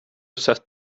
sett